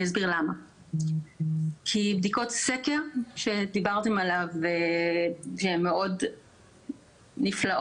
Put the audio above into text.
אסביר למה כי בדיקות סקר שדיברתם עליהן שהן מאוד נפלאות